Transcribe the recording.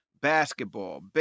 basketball